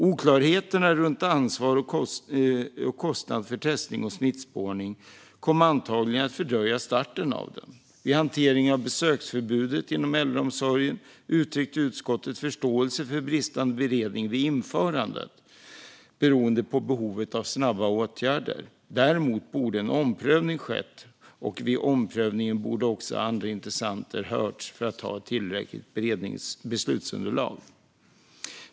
Oklarheterna runt ansvar och kostnad för testning och smittspårning kom antagligen att fördröja starten av dem. Vid hanteringen av besöksförbudet inom äldreomsorgen uttryckte utskottet förståelse för bristande beredning vid införandet beroende på behovet av snabba åtgärder. Däremot borde en omprövning ha skett, och vid omprövningen borde också andra intressenter ha hörts för att man skulle ha ett tillräckligt beslutsunderlag.